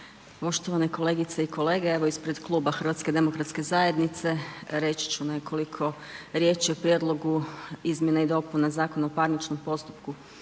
poštovane kolegice i kolege, evo ispred Kluba HDZ-a reći ću nekoliko riječi o Prijedlogu izmjena i dopuna Zakona o parničnom postupku. Zakon